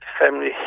family